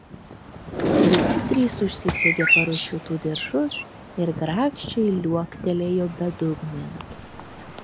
visi trys užsisegė parašiutų diržus ir grakščiai liuoktelėjo bedugnėn